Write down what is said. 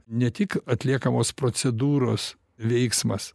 ne tik atliekamos procedūros veiksmas